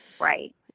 Right